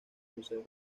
museo